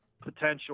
potential